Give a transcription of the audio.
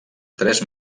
tres